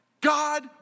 God